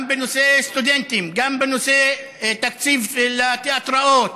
גם בנושא סטודנטים, גם בנושא תקציב לתיאטראות,